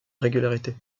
régularité